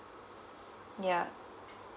yeah